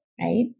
right